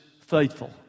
faithful